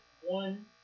one